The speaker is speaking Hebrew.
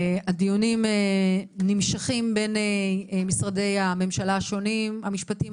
והדיונים נמשכים בין משרדי הממשלה השונים - המשפטים,